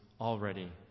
already